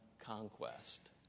conquest